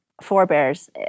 forebears